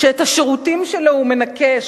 המעסיק שאת השירותים שלו הוא מנקה,